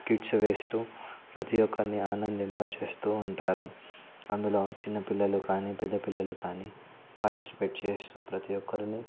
skits వేస్తూ ప్రతీ ఒక్కరినీ ఆనందింపజేస్తూ ఉంటారు అందులో చిన్నపిల్లలు కానీ పెద్ద పిల్లలు కానీ పార్టిసిపేట్ చేస్తూ ప్రతీ ఒక్కరిని